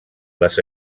les